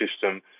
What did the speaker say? system